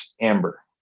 amber